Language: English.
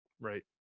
Right